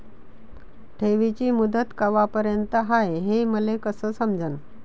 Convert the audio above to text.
ठेवीची मुदत कवापर्यंत हाय हे मले कस समजन?